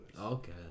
Okay